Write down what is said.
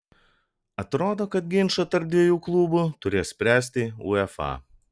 atrodo kad ginčą tarp dviejų klubų turės spręsti uefa